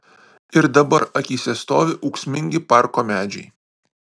ir dabar akyse stovi ūksmingi parko medžiai